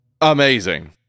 amazing